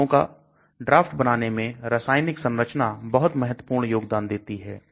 गुणों का ड्राफ्ट बनाने में रासायनिक संरचना बहुत महत्वपूर्ण योगदान देती है